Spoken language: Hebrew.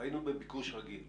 והיינו בביקוש רגיל,